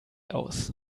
aus